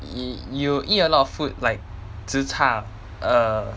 you you eat a lot of food like zi char err